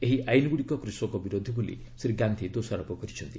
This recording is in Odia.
ଏହି ଆଇନ୍ଗୁଡ଼ିକ କୃଷକ ବିରୋଧୀ ବୋଲି ଶ୍ରୀ ଗାନ୍ଧି ଦୋଷାରୋପ କରିଛନ୍ତି